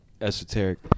esoteric